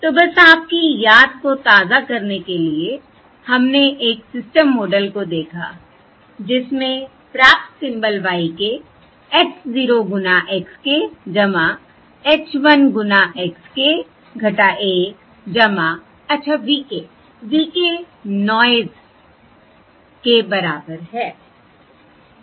तो बस आपकी याद को ताज़ा करने के लिए हमने एक सिस्टम मॉडल को देखा जिसमें प्राप्त सिंबल y k h 0 गुना x k h 1 गुना x k 1 अच्छा v k v k noise के बराबर है